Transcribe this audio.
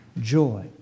joy